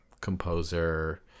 composer